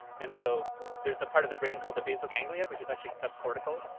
and so there's a part of the brain called the basal ganglia, which is actually subcortical,